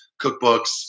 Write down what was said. cookbooks